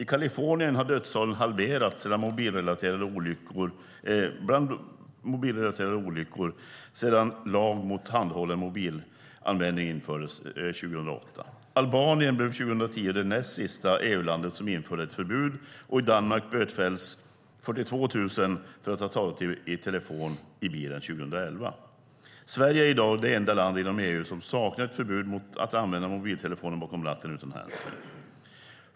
I Kalifornien har dödstalen från mobilrelaterade olyckor halverats sedan en lag mot handhållen mobilanvändning infördes 2008. Albanien blev 2010 det näst sista EU-landet som införde ett förbud, och i Danmark bötfälldes 42 000 för att ha talat i telefon i bilen 2011. Sverige är i dag det enda land inom EU som saknar ett förbud mot att använda mobiltelefonen bakom ratten utan handsfree.